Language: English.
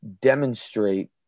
demonstrate